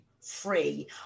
free